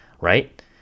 right